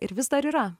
ir vis dar yra